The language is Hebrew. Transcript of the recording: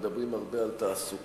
מדברים הרבה על תעסוקה,